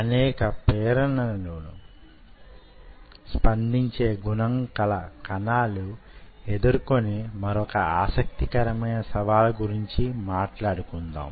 అనేక ప్రేరణలకు స్పందించే గుణం కల కణాలు ఎదుర్కొనే మరొక ఆసక్తికరమైన సవాలు గురించి మాట్లాడుకుందాం